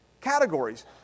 categories